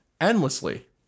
endlessly